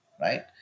Right